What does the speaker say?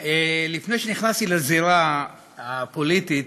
לפני שנכנסתי לזירה הפוליטית